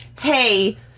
hey